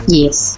yes